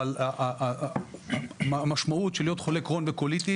אבל המשמעות של להיות חולה קרוהן וקוליטיס,